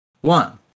one